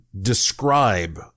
describe